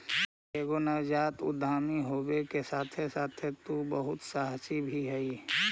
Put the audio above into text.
एगो नवजात उद्यमी होबे के साथे साथे तु बहुत सहासी भी हहिं